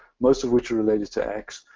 most of which are related to axe,